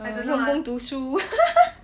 err 用功读书